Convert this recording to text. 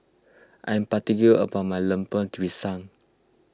I'm particular about my Lemper Pisang